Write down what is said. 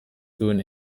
zuen